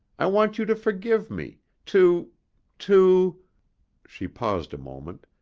i want you to forgive me, to to she paused a moment,